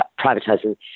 privatising